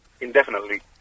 Indefinitely